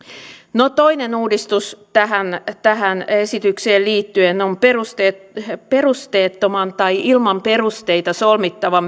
no toinen uudistus tähän tähän esitykseen liittyen on perusteettoman tai ilman perusteita solmittavan